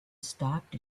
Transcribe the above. stopped